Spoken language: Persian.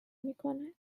میکند